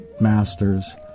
masters